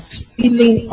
stealing